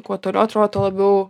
kuo toliau atrodo labiau